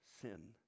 sin